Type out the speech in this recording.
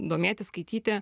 domėtis skaityti